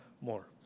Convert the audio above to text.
more